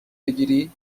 بگیری